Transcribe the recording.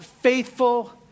faithful